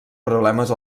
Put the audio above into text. problemes